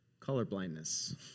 colorblindness